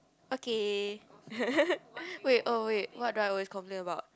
okay wait oh wait what do I always complain about